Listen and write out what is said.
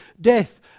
death